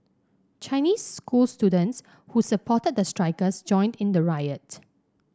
Chinese school students who supported the strikers joined in the riot